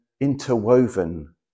interwoven